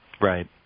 Right